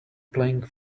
playing